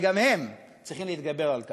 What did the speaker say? וגם הם צריכים להתגבר על כך,